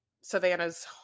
Savannah's